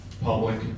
public